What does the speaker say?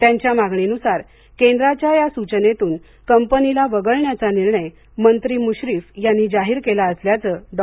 त्यांच्या मागणीनुसार केंद्राच्या या सुचनेतून कंपनीला वगळण्याचा निर्णय मंत्री मुश्रीफ यांनी जाहीर केला असल्याचं डॉ